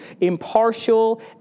impartial